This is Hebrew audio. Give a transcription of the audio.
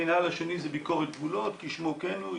המינהל השני זה ביקורת גבולות, כמו כן הוא.